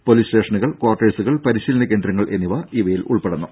police സ്റ്റേഷനുകൾ ക്വാർട്ടേഴ്സുകൾ പരിശീലന കേന്ദ്രങ്ങൾ എന്നിവ ഇവയിൽ ഉൾപ്പെടുന്നു